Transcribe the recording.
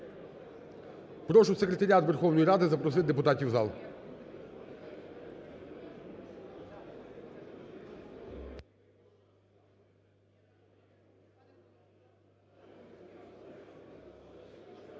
Прошу секретаріат Верховної Ради запросити депутатів в зал.